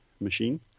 machine